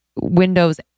windows